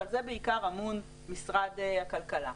ועל זה בעיקר אמון משרד הכלכלה.